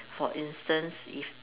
for instance if